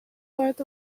part